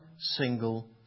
single